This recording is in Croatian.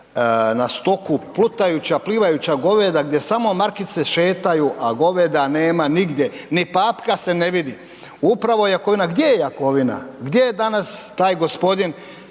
na stoku, plutajuća, plivajuća goveda gdje samo markice šetaju, a goveda nema nigdje ni papka se ne vidi. Upravo je Jakovina, gdje je Jakovina, gdje je danas taj gospodin